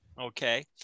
Okay